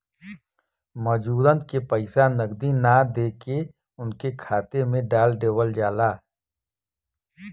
मजूरन के पइसा नगदी ना देके उनके खाता में डाल देवल जाला